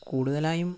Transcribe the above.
കൂടുതലായും